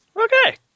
Okay